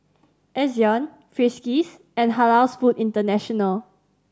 Ezion Friskies and Halals Food International